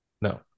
No